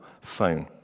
phone